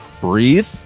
breathe